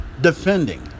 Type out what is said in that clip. defending